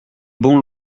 bon